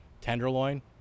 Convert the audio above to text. tenderloin